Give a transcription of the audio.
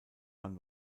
man